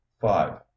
five